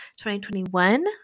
2021